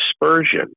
dispersion